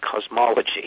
cosmology